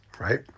right